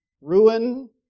Ruin